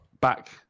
back